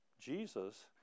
Jesus